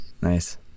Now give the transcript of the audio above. Nice